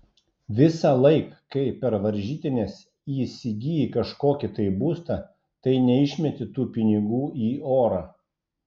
visąlaik kai per varžytines įsigyji kažkokį tai būstą tai neišmeti tų pinigų į orą